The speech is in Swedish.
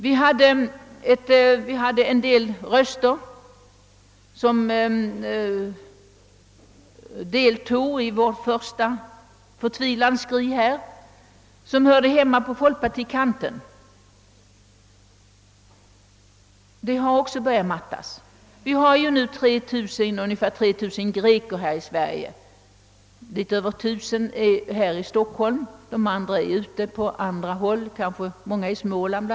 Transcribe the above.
Det var en del röster även från annat håll som deltog i vårt första förtvivlans skri, folk som hörde hemma på folkpartikanten, men dessa har också börjat mattas. Vi har nu ungefär 3 000 greker i Sverige. Litet över 1000 av dessa befinner sig i Stockholm och de övriga är ute på andra håll — många är i Småland.